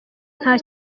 nta